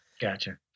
gotcha